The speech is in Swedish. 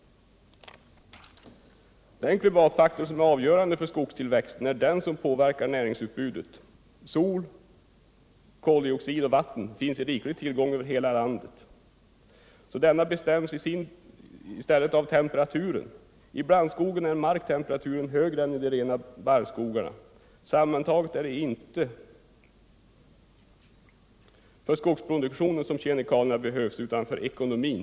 Den klimatfaktor som är avgörande för skogstillväxten är den som påverkar näringsutbudet. Sol, koldioxid och vatten finns i riklig mängd över hela landet. Näringsutbudet bestäms av temperaturen. I blandskogarna är marktemperaturen högre än i de rena barrskogarna. Sammantaget kan sägas att det inte är för skogsproduktionen som kemikalierna behövs, utan för ekonomin.